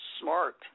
smart